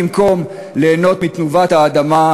במקום ליהנות מתנובת האדמה,